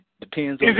depends